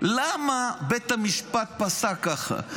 למה בית המשפט פסק ככה?